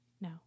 No